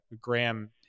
Graham